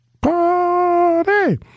party